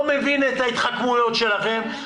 לא מבין את ההתחכמויות שלכם,